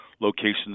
locations